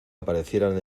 aparecieran